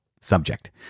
subject